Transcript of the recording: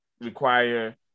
require